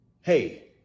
hey